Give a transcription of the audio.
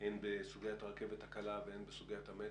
הן בסוגיית הרכבת הקלה והן בסוגיית המטרו.